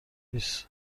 هیس